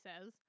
says